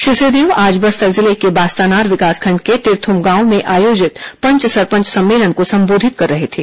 श्री सिंहदेव आज बस्तर जिले के बास्तानार विकासखण्ड के तिरथुम गांव में आयोजित पंच सरपंच सम्मेलन को सम्बोधित कर रहे थे